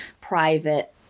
private